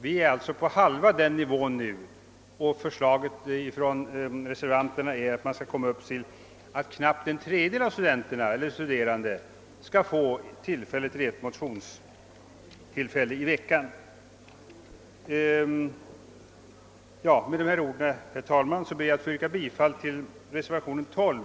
Vi är alltså på halva den nivån nu och förslaget från reservanterna är att man skall komma upp till att knappt en tredjedel av studenterna skall få ett motionstillfälle i veckan. Med dessa ord, herr talman, ber jag att få yrka bifall till reservation 12.